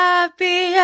Happy